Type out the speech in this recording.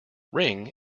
ring